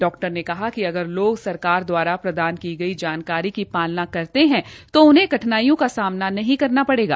doctor ने कहा कि अगर लोग सरकार दवारा प्रदान की गई जानकारी की पालना करते है तो उन्हें कठिनाइयों का सामना नहीं करना पड़ेगा